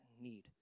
need